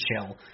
chill